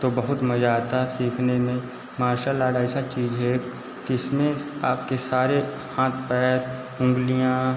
तो बहुत मज़ा आता सीखने में मार्सल आर्ट ऐसा चीज़ है कि इसमें आपके सारे हाथ पैर उंगलियाँ